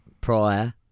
prior